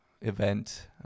event